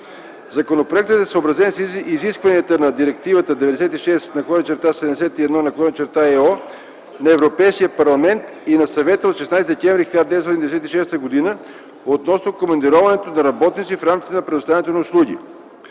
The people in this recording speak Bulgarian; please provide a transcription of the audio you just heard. Законопроектът е съобразен с изискванията на Директива 96/71/ЕО на Европейския парламент и на Съвета от 16 декември 1996 г. относно командироването на работници в рамките на предоставянето на услуги.